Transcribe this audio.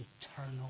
eternal